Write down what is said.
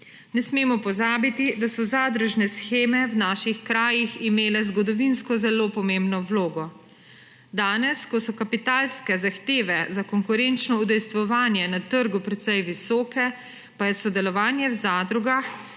Ne smemo pozabiti, da so zadružne sheme v naših krajih imele zgodovinsko zelo pomembno vlogo, danes, ko so kapitalske zahteve za konkurenčno udejstvovanje na trgu precej visoke, pa je sodelovanje v zadrugah